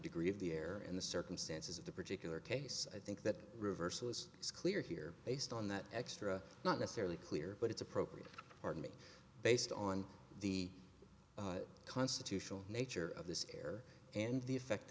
degree of the error in the circumstances of the particular case i think that reversal is clear here based on that extra not necessarily clear but it's appropriate artemy based on the constitutional nature of this care and the effect